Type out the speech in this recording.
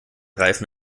reifen